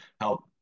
help